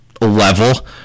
level